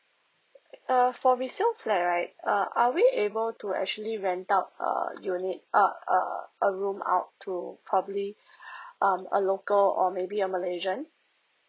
err for resale flat right err are we able to actually rent out err unit uh err a room out too probably um a local or maybe a malaysian